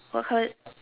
what colour